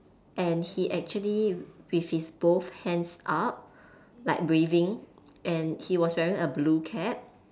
and he actually with his both hands up like waving and he was wearing a blue cap